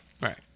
right